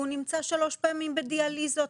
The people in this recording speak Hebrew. והוא נמצא שלוש פעמים בשבוע בדיאליזות